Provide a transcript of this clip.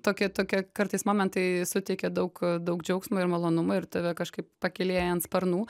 tokie tokie kartais momentai suteikia daug daug džiaugsmo ir malonumo ir tave kažkaip pakylėja ant sparnų